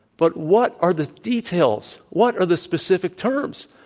but what are the details? what are the specific terms?